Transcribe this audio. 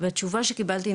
והתשובה שקיבלתי,